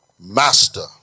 master